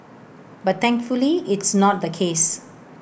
but thankfully it's not the case